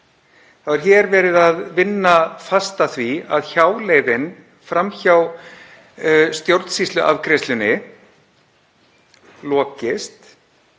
þá er hér verið að vinna fast að því að hjáleiðin fram hjá stjórnsýsluafgreiðslunni lokist